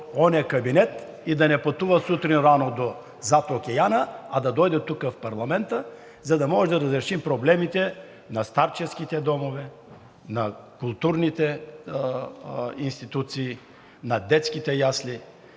оня кабинет и да не пътува сутрин рано зад океана, а да дойде тук, в парламента, за да може да решим проблемите на старческите домове, на културните институции, на детските ясли,